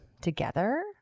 together